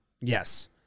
Yes